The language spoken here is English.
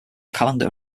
calendar